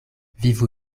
vivu